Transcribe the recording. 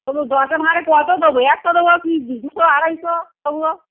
তবু দশ ভাঁড়ে কতো দেবো একশো দেব কি দুশো আড়াইশো তবুও